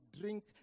drink